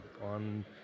on